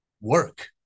work